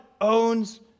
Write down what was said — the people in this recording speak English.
owns